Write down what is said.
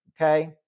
okay